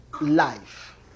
life